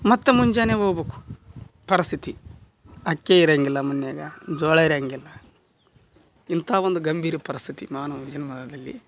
ಮತ್ತು ಮುಂಜಾನೆ ಹೋಗ್ಬೇಕು ಪರಿಸ್ಥಿತಿ ಅಕ್ಕಿ ಇರೋಂಗಿಲ್ಲ ಮನ್ಯಾಗ ಜೋಳ ಇರೋಂಗಿಲ್ಲ ಇಂಥ ಒಂದು ಗಂಭೀರ ಪರಿಸ್ಥಿತಿ ಮಾನವ ಜನ್ಮದಲ್ಲಿ